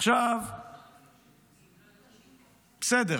עכשיו, בסדר.